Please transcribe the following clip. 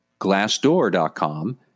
Glassdoor.com